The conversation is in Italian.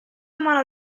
mano